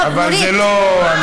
אל תענה לי.